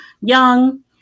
young